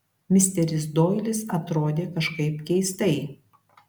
misteris doilis atrodė kažkaip keistai